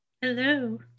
Hello